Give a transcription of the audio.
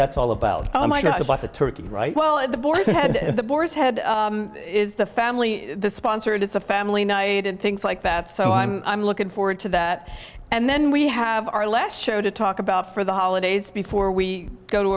that's all about oh my god about the turkey right well and the boys had the boar's head is the family sponsored it's a family night and things like that so i'm i'm looking forward to that and then we have our last show to talk about for the holidays before we go to